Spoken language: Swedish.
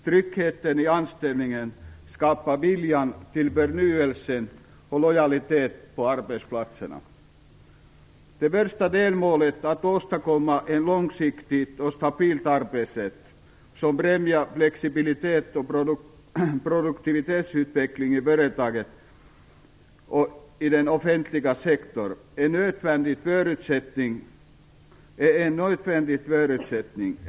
Trygghet i anställningen skapar vilja till förnyelse och lojalitet på arbetsplatserna. Det första delmålet, att åstadkomma en långsiktig och stabil arbetsrätt som främjar flexibilitet och produktivitetsutveckling i företagen och i den offentliga sektorn, är en nödvändig förutsättning.